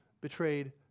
betrayed